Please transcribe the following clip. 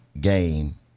game